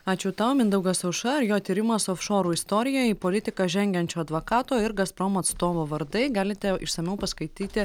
ačiū tau mindaugas aušra ir jo tyrimas ofšorų istorijoj į politiką žengiančio advakato ir gazprom atstovo vardai galite išsamiau paskaityti